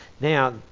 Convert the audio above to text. Now